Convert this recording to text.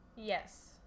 yes